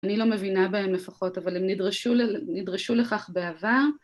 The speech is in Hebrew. אני לא מבינה בהם לפחות, אבל הם נדרשו לכך בעבר.